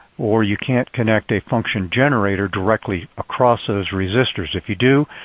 or you can't connect a function generator directly across those resistors. if you do,